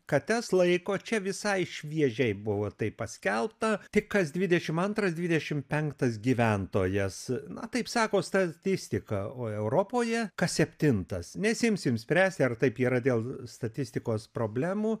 kates laiko čia visai šviežiai buvo taip paskelbta tik kas dvidešimt antras dvidešimt penktas gyventojas na taip sako statistika o europoje kas septintas nesiimsim spręsti ar taip yra dėl statistikos problemų